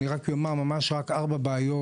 אני רק אומר ארבע בעיות.